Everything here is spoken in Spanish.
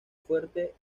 fuerte